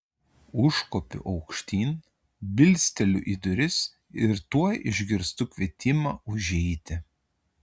užkopiu aukštyn bilsteliu į duris ir tuoj išgirstu kvietimą užeiti